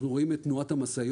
אנחנו רואים את תנועת המשאיות.